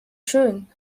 schön